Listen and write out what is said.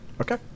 Okay